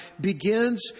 begins